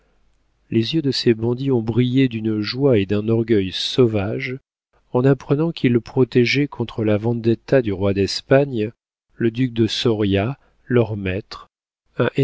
les yeux de ces bandits ont brillé d'une joie et d'un orgueil sauvages en apprenant qu'ils protégeaient contre la vendetta du roi d'espagne le duc de soria leur maître